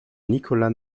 nicolas